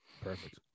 Perfect